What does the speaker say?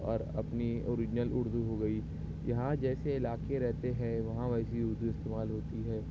اور اپنی اوریجنل اردو ہو گئی یہاں جیسے علاقے رہتے ہیں وہاں ویسی اردو استعمال ہوتی ہے